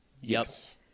Yes